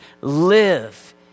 live